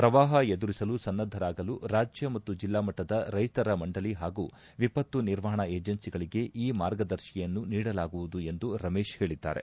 ಪ್ರವಾಹ ಎದುರಿಸಲು ಸನ್ನದ್ಧರಾಗಲು ರಾಜ್ಯ ಮತ್ತು ಜಿಲ್ಲಾ ಮಟ್ಟದ ರೈತರ ಮಂಡಳಿ ಹಾಗೂ ವಿಪತ್ತು ನಿರ್ವಹಣಾ ಏಜೆನ್ಸಿಗಳಿಗೆ ಈ ಮಾರ್ಗದರ್ಶಿಯನ್ನು ನೀಡಲಾಗುವುದು ಎಂದು ರಮೇಶ್ ಹೇಳಿದ್ದಾರೆ